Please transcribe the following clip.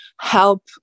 help